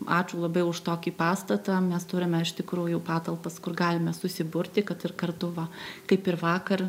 ačiū labai už tokį pastatą mes turime iš tikrųjų patalpas kur galime susiburti kad ir kartu va kaip ir vakar